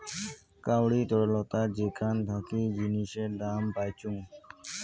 কাউরি তরলতা যেখান থাকি জিনিসের দাম পাইচুঙ